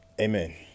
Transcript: Amen